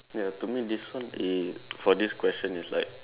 ya to me this one is for this question is like